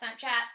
Snapchat